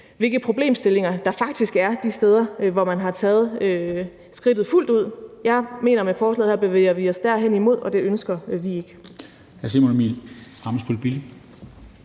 hvilke problemstillinger der faktisk er de steder, hvor man har taget skridtet fuldt ud. Jeg mener, at man med det her forslag bevæger sig derhenimod, og det ønsker vi ikke.